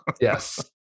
Yes